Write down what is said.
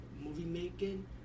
movie-making